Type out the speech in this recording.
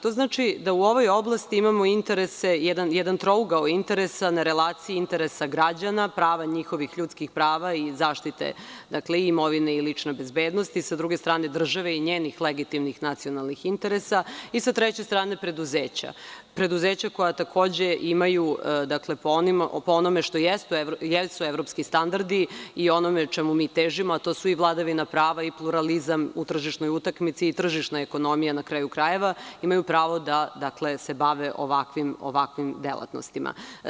To znači da u ovoj oblasti imamo jedan trougao interesa na relaciji interesa građana, prava njihovih ljudskih prava i zaštite imovine i lične bezbednosti, s druge strane države i njenih legitimnih nacionalnih interesa i sa treće strane preduzeća, preduzeća koja takođe imaju, po onome što jesu evropski standardi i onome čemu mi težimo, a to su i vladavina prava i pluralizam u tržišnoj utakmici i tržišnoj ekonomiji, a na kraju krajeva, imaju pravo da se bave ovakvim delatnostima.